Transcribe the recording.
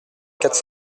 quatre